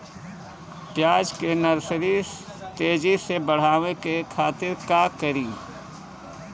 प्याज के नर्सरी तेजी से बढ़ावे के खातिर का करी?